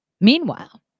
Meanwhile